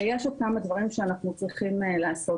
ויש עוד כמה דברים שאנחנו צריכים לעשות.